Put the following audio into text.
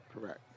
Correct